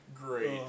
Great